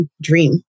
dream